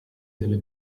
delle